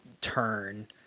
turn